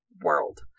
world